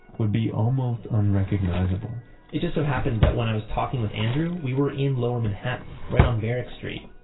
would be almost unrecognizable it just so happened that when i was talking with andrew, we were in lower manhattan right on varick street.